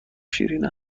شیرین